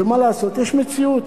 ומה לעשות, יש מציאות.